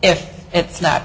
if it's not